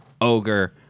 ogre